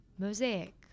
mosaic